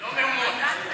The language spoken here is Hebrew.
לא מהומות.